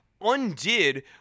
undid